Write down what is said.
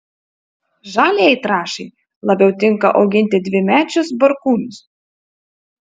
žaliajai trąšai labiau tinka auginti dvimečius barkūnus